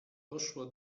poszła